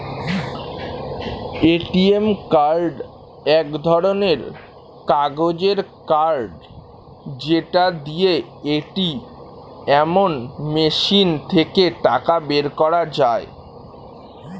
ATM card এক ধরণের কাগজের কার্ড যেটা দিয়ে এটিএম মেশিন থেকে টাকা বের করা যায়